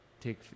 take